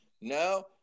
No